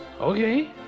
Okay